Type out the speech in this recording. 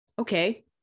Okay